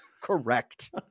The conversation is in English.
Correct